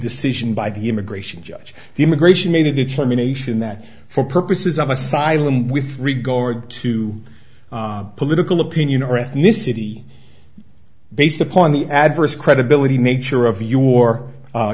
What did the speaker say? decision by the immigration judge the immigration a determination that for purposes of asylum with regard to political opinion or ethnicity based upon the adverse credibility nature of your